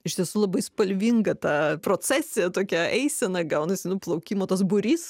iš tiesų labai spalvinga ta procesija tokia eisena gaunasi nu plaukimo tas būrys